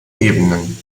ebenen